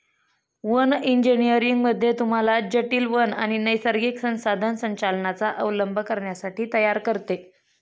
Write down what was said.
one engineering मध्ये तुम्हाला जटील वन आणि नैसर्गिक संसाधन संचालनाचा अवलंब करण्यासाठी तयार करते